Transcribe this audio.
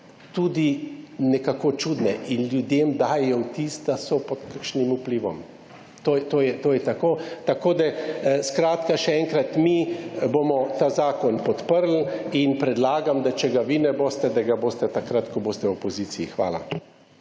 tudi nekako čudne in ljudem dajejo vtis, da so pod kakšnim vplivom. To je tako. Tako, da skratka še enkrat, mi bomo ta zakon podprli in predlagam, da če ga vi ne boste, da ga boste takrat, ko boste v opoziciji. Hvala.